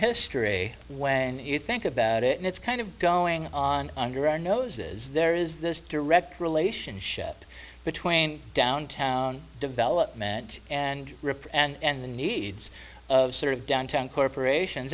history when you think about it and it's kind of going on under our noses there is this direct relationship between downtown development and rip and the needs of sort of downtown corporations